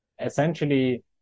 essentially